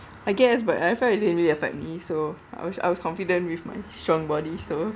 I guess but I felt it didn't really affect me so I wish I was confident with my strong body so